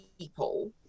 people